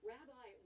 Rabbi